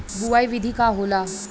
बुआई विधि का होला?